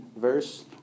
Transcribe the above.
verse